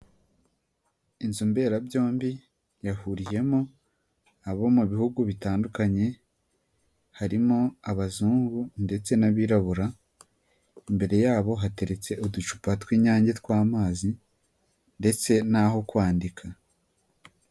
Inzu mberabyombi yahuriyemo abo mu bihugu bitandukanye harimo abazungu ndetse n'abirabura, imbere yabo hateretse uducupa tw'Inyange tw'amazi ndetse n'aho kwandika.